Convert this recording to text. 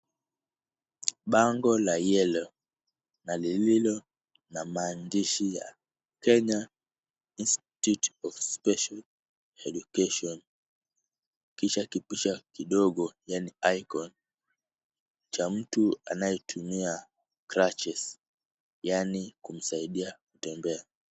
Bango la yellow na lililo na maandishi ya Kenya Institute of Special Education kisha kipusha kidogo yaani icon cha mtu anayetumia crutches yaani kumsaidia kutembea.